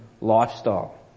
lifestyle